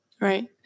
right